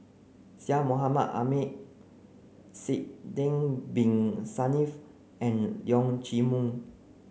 Syed Mohamed Ahmed Sidek bin Saniff and Leong Chee Mun